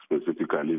specifically